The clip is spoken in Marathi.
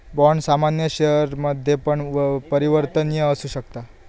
बाँड सामान्य शेयरमध्ये पण परिवर्तनीय असु शकता